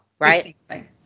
right